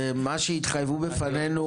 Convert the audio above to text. זה מה שהאוצר התחייבו בפנינו,